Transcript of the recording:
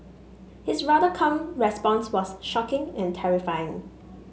his rather calm response was shocking and terrifying